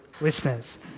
listeners